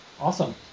Awesome